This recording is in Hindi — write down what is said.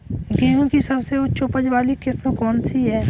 गेहूँ की सबसे उच्च उपज बाली किस्म कौनसी है?